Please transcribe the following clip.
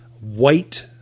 white